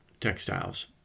textiles